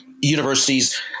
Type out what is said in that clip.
universities